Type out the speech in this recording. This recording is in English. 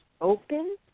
open